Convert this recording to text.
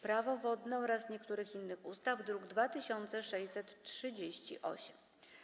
Prawo wodne oraz niektórych innych ustaw (druk nr 2638)